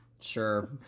Sure